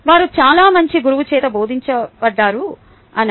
వారు చాలా మంచి గురువు చేత బోధిoపబడారు అనా